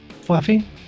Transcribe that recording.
Fluffy